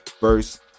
verse